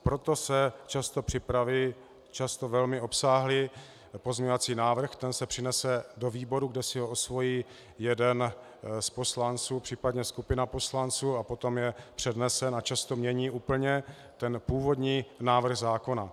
Proto se často připraví často velmi obsáhlý pozměňovací návrh, ten se přinese do výboru, kde si ho osvojí jeden z poslanců, případně skupina poslanců, a potom je přednese a často mění úplně ten původní návrh zákona.